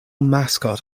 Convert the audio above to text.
mascot